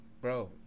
bro